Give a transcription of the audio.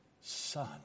son